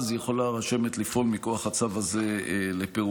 אז יכולה הרשמת לפעול מכוח הצו הזה לפירוקם.